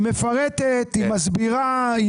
היא מפרטת, היא מסבירה.